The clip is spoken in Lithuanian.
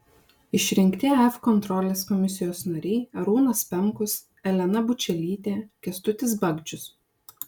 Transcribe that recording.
išrinkti af kontrolės komisijos nariai arūnas pemkus elena bučelytė kęstutis bagdžius